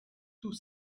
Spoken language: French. tout